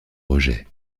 rejet